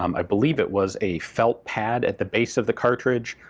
um i believe it was a felt pad at the base of the cartridge,